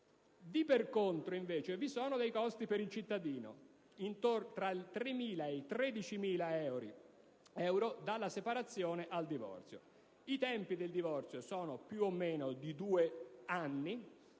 Per contro, vi sono dei costi per il cittadino: tra i 3.000 e i 13.000 euro dalla separazione al divorzio. Attualmente, i tempi per il divorzio sono più o meno di due anni